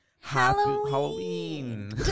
Halloween